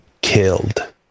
killed